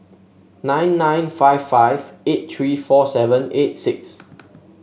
nine nine five five eight three four seven eight six